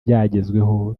byagezweho